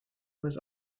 was